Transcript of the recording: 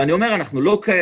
אני אומר, אנחנו לא כאלה.